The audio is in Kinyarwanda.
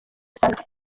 usanga